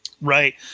Right